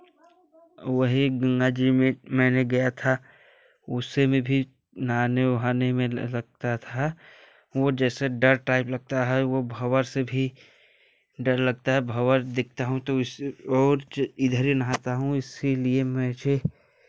वही गंगा जी में मैं गया था उससे में भी नहाने उहाने में लगता था वह जैसे डर टाइप लगता है वह भँवर से भी डर लगता है भँवर देखता हूँ तो उस और च इधरे नहाता हूँ इसीलिए मझे